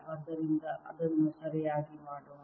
ಆದ್ದರಿಂದ ಅದನ್ನು ಸರಿಯಾಗಿ ಮಾಡೋಣ